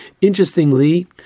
Interestingly